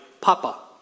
Papa